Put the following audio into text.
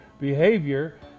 behavior